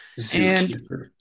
Zookeeper